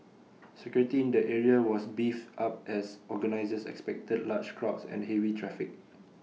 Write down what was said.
security in the area was beefed up as organisers expected large crowds and heavy traffic